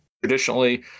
Traditionally